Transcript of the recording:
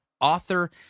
author